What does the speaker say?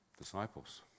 Disciples